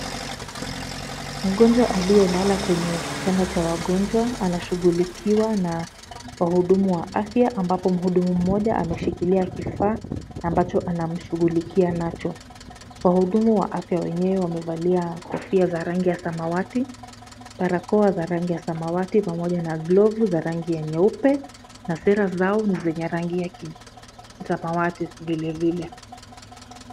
Mgonjwa aliyelala kwenye kitanda cha wagonjwa anashughulikiwa na wahudumu wa afya ambapo mhudumu mmoja ameshikilia kifaa ambacho anamshughulikia nacho. Wahudumu wa afya wenyewe wamevalia kofia za rangi ya samawati, barakoa za rangi ya samawati pamoja na glovu za rangi ya nyeupe na sera zao ni zenye rangi ya samawati vilevile.